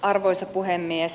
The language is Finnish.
arvoisa puhemies